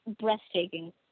breathtaking